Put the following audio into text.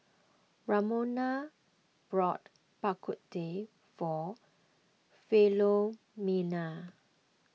Ramona bought Bak Kut Teh for Philomena